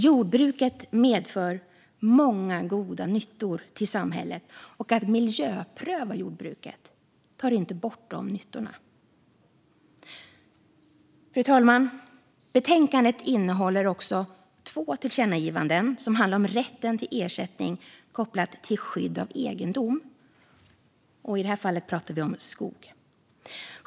Jordbruket medför många goda nyttor för samhället, och att miljöpröva jordbruket tar inte bort de nyttorna. Fru talman! Betänkandet innehåller förslag om två tillkännagivanden som handlar om rätten till ersättning kopplat till skydd av egendom, och i det här fallet pratar vi om skog.